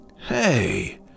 Hey